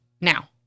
now